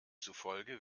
zufolge